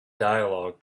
dialog